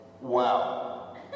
Wow